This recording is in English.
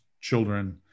children